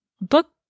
book